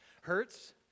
hurts